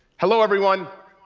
hello, everyone.